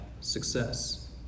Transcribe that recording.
success